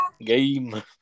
game